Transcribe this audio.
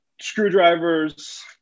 screwdrivers